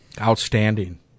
Outstanding